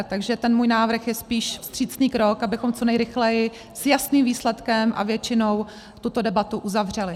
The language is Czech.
Takže ten můj návrh je spíš vstřícný krok, abychom co nejrychleji s jasným výsledkem a většinou tuto debatu uzavřeli.